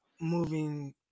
moving